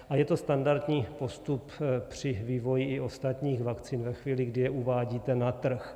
A je to standardní postup při vývoji i ostatních vakcín ve chvíli, kdy je uvádíte na trh.